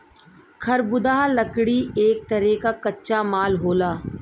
खरबुदाह लकड़ी एक तरे क कच्चा माल होला